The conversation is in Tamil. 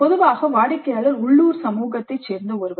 பொதுவாக வாடிக்கையாளர் உள்ளூர் சமூகத்தைச் சேர்ந்த ஒருவர்